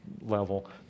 level